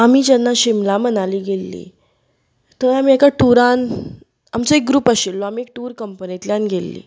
आमी जेन्ना शिमला मनाली गेल्लीं थंय आमी एका टुरांत आमचो एक ग्रुप आशिल्लो आमी एका टूर कंपनींतल्यान गेल्लीं